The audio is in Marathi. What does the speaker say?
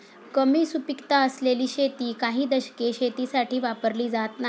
कमी सुपीकता असलेली शेती काही दशके शेतीसाठी वापरली जात नाहीत